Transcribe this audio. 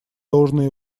должное